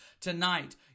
tonight